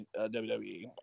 WWE